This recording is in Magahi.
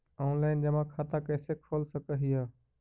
ऑनलाइन जमा खाता कैसे खोल सक हिय?